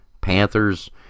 Panthers